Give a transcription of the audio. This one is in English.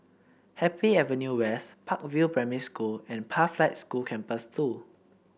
Happy Avenue West Park View Primary School and Pathlight School Campus Two